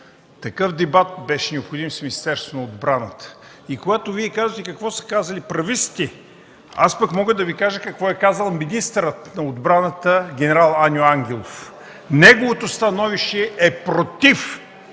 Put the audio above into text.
Такъв дебат беше необходим с Министерството на отбраната. И когато Вие казвате какво са казали прависти, аз мога да кажа какво е казал министърът на отбраната генерал Аню Ангелов. Неговото становище е против